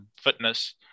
fitness